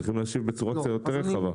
צריכים להשיב בצורה קצת יותר רחבה.